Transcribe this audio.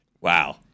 Wow